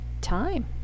time